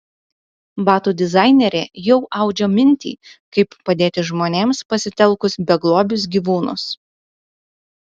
batų dizainerė jau audžia mintį kaip padėti žmonėms pasitelkus beglobius gyvūnus